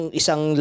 isang